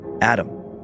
Adam